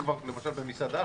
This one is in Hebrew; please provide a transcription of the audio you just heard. כי למשל במסעדה,